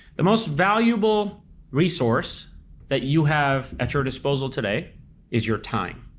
the most valuable resource that you have at your disposal today is your time.